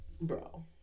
bro